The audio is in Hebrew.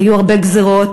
היו הרבה גזירות,